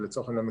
לצורך העניין,